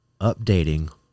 updating